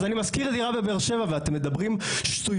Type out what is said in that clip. אז אני משכיר דירה בבאר שבע ואתם מדברים שטויות.